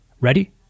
Ready